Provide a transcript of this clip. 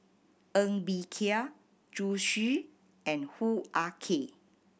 Ng Bee Kia Zhu Xu and Hoo Ah Kay